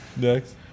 Next